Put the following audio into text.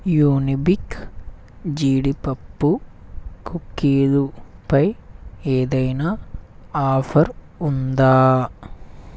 Unibic జీడిపప్పు కుకీలు పై ఏదైనా ఆఫర్ ఉందా